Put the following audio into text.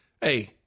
hey